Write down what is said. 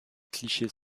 clichés